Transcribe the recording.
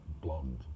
blonde